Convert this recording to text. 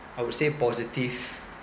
I would say positive